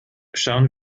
schauen